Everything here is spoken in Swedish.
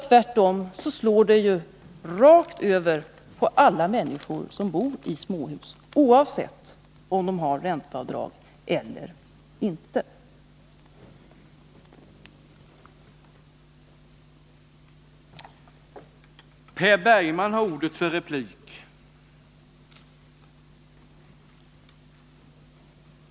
Tvärtom slår det mot alla människor som bor i småhus, oavsett om de har ränteavdrag eller inte.